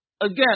again